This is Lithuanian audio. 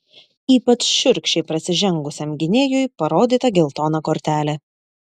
ypač šiurkščiai prasižengusiam gynėjui parodyta geltona kortelė